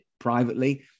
privately